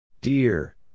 Dear